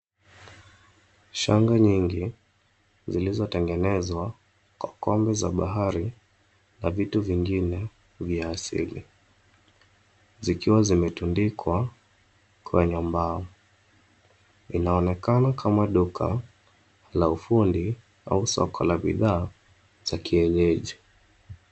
Shanga nyingi zilizotengenezwa kwa kombe za bahari na vitu vingine vya asili. Zikiwa zimetundikwa kwenye mbao. Inaonekana kama duka la ufundi au soko la bidhaa za kienyeji.